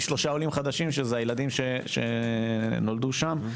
שלושה עולים חדשים שזה הילדים שנולדו שם.